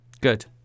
good